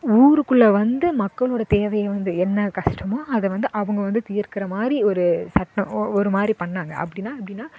ஊருக்குள்ளே வந்து மக்களோடய தேவையை வந்து என்ன கஷ்டமோ அதை வந்து அவங்க வந்து தீர்க்கிற மாதிரி ஒரு சட்டம் ஒ ஒரு மாதிரி பண்ணாங்க அப்படின்னா அப்படின்னா